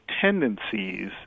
tendencies